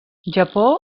japó